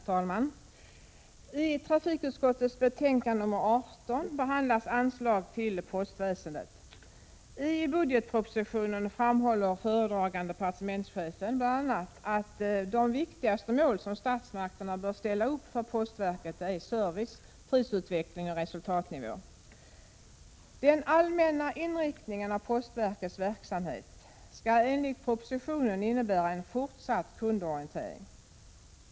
Herr talman! I trafikutskottets betänkande nr 18 behandlas anslag till postväsendet. I budgetpropositionen framhåller föredragande departementschefen bl.a. att de viktigaste mål som statsmakterna bör ställa upp för postverket är service, prisutveckling och resultatnivå. Den allmänna inriktningen av postverkets verksamhet skall enligt propositionen innebära en fortsatt kundorientering.